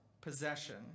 possession